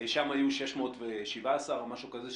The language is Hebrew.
שם היו 617 או משהו כזה,